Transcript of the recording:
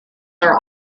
are